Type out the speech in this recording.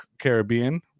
Caribbean